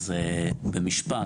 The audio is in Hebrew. אז במשפט,